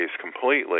completely